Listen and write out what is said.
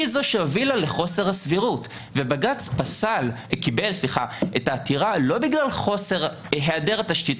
היא שהובילה לחוסר הסבירות ובג"צ קיבל את העתירה לא בגלל היעדר התשתית